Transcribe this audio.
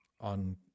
on